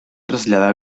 traslladar